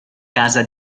casa